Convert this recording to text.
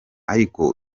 ariko